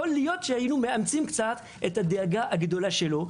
יכול להיות שהיינו מאמצים את הדאגה הגדולה שלו.